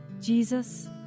Jesus